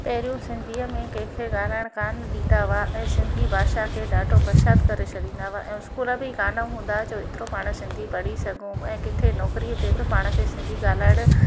पहिरियों सिंधीअ में कंहिंखे ॻाल्हाइण कान ॾींदा हुआ ऐं सिंधी भाषा खे ॾाढो पछात करे सॾींदा हुआ ऐं स्कूल बि कान हूंदा जो एतिरो पाण सिंधी पढ़ी सघूं ऐं किथे नौकिरीअ ते बि पाण खे सिंधी ॻाल्हाइण